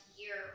year